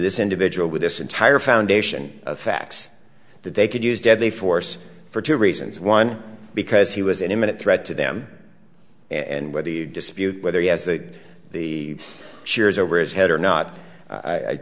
this individual with this entire foundation of facts that they could use deadly force for two reasons one because he was an imminent threat to them and whether you dispute whether he has that the shares over his head or not